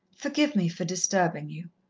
forgive me for disturbing you,